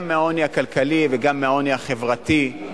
גם מהעוני הכלכלי וגם מהעוני החברתי,